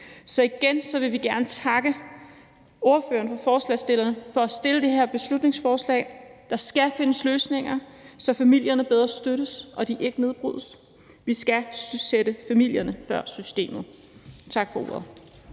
Så igen vil vi gerne takke ordføreren for forslagsstillerne for at fremsætte det her beslutningsforslag. Der skal findes løsninger, så familierne støttes bedre og de ikke nedbrydes. Vi skal sætte familierne før systemet. Tak for ordet.